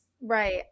Right